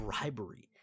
bribery